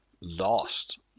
lost